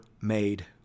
made